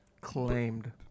Claimed